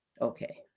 Okay